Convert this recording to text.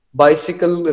bicycle